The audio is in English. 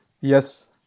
Yes